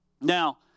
now